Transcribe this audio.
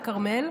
לכרמל.